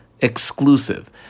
exclusive